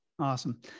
Awesome